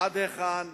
עד היכן?